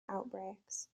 outbreaks